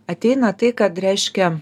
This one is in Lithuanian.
ateina tai kad reiškia